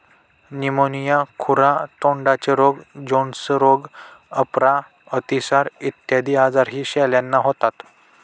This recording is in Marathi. न्यूमोनिया, खुरा तोंडाचे रोग, जोन्स रोग, अपरा, अतिसार इत्यादी आजारही शेळ्यांना होतात